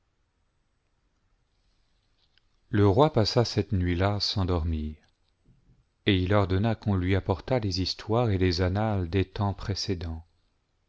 le roi passa cette nuit-lii sans dormir et il ordonna qu'on lui apportât les histoires et les annales des temps précédents